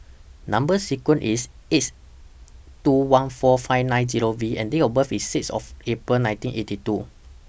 Number sequence IS S two one four five nine Zero V and Date of birth IS six of April nineteen eighty two